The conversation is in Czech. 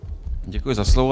Děkuji za slovo.